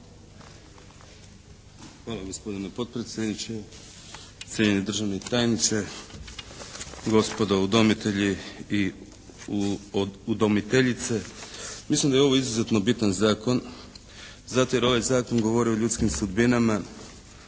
Hvala gospodine potpredsjedniče. Cijenjeni državni tajniče, gospodo udomitelji i udomiteljice. Mislim da je ovo izuzetno bitan zakon zato jer ovaj zakon govori o ljudskim sudbinama.